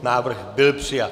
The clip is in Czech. Návrh byl přijat.